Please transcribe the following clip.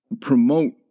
promote